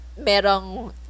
merong